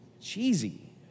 cheesy